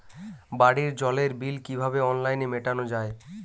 বাড়ির জলের বিল কিভাবে অনলাইনে মেটানো যায়?